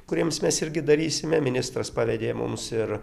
kuriems mes irgi darysime ministras pavedė mums ir